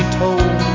told